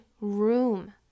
room